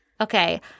Okay